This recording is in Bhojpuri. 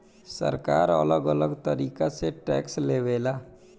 सरकार अलग अलग तरीका से टैक्स लेवे ला